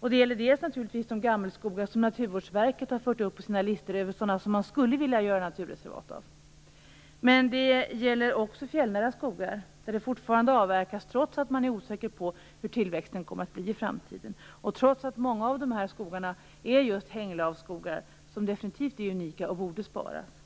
Det gäller de gammelskogar som Naturvårdsverket har fört upp på sina listor över sådana som man skulle vilja göra naturreservat av. Det gäller också fjällnära skogar. Där avverkas det fortfarande trots att man är osäker på hur tillväxten kommer att bli i framtiden och trots att många av dessa skogar just är hänglavsskogar som definitivt är unika och borde sparas.